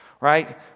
Right